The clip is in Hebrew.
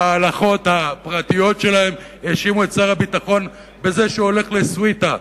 בהלכות הפרטיות שלהם האשימו את שר הביטחון בזה שהוא הולך לסוויטה.